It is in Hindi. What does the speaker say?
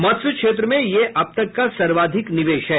मत्स्य क्षेत्र में यह अब तक का सर्वाधिक निवेश है